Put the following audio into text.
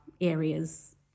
areas